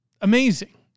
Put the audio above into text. Amazing